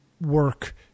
work